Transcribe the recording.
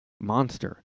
monster